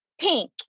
Pink